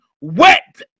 wet